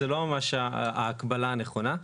זה לא ממש ההקבלה הנכונה.